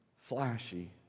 flashy